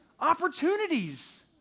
opportunities